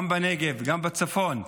גם בנגב וגם בצפון.